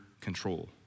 control